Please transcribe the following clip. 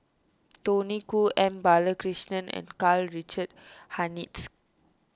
Tony Khoo M Balakrishnan and Karl Richard Hanitsch